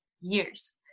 years